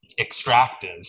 extractive